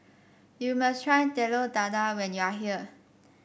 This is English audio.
you must try Telur Dadah when you are here